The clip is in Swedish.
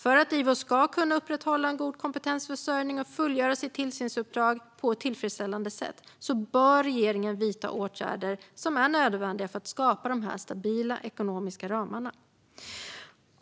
För att IVO ska kunna upprätthålla en god kompetensförsörjning och fullgöra sitt tillsynsuppdrag på ett tillfredsställande sätt bör regeringen vidta de åtgärder som är nödvändiga för att skapa stabila ekonomiska ramar.